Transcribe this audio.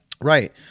right